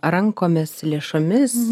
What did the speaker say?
rankomis lėšomis